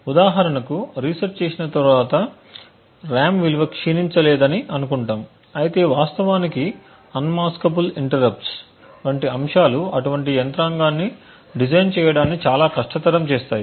ఉదాహరణకు రీసెట్ చేసిన తరువాత RAM విలువ క్షీణించలేదని అనుకుంటాము అయితే వాస్తవానికి అన్మాస్కబుల్ ఇంటరప్ట్స్ వంటి అంశాలు అటువంటి యంత్రాంగాన్ని డిజైన్ చేయడాన్ని చాలా కష్టతరం చేస్తుంది